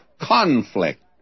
conflict